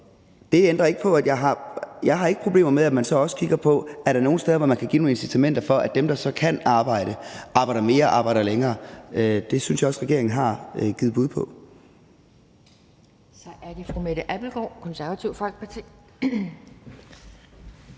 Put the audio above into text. det danske værdigt. Jeg har ikke problemer med, at man så også kigger på, om der er nogen steder, hvor man kan give nogle incitamenter for dem, der så kan arbejde, til at arbejde mere og længere. Det synes jeg også regeringen har givet bud på.